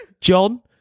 John